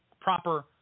Proper